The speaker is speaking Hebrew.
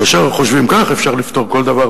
כאשר חושבים כך אפשר לפתור כל דבר,